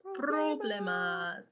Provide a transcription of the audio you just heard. Problemas